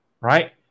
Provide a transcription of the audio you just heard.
Right